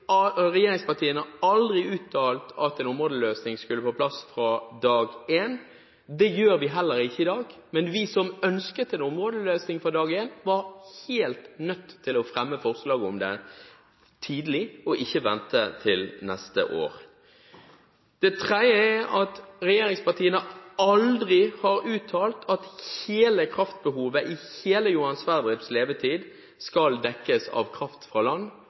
hadde regjeringspartiene aldri uttalt at en områdeløsning skulle på plass fra dag én. Det gjør vi heller ikke i dag, men vi som ønsket en områdeløsning fra dag én, var helt nødt til å fremme forslag om det tidlig, og ikke vente til neste år. Det tredje er at regjeringspartiene aldri har uttalt at hele kraftbehovet i hele Johan Sverdrups levetid skal dekkes av kraft fra land.